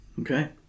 Okay